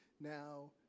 now